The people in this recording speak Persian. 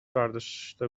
برداشته